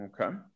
Okay